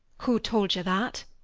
who told you that?